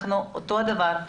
אנחנו אותו דבר,